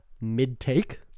mid-take